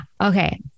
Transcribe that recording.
Okay